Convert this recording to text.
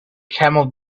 camel